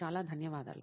చాలా ధన్యవాదాలు